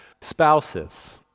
spouses